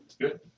Good